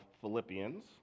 Philippians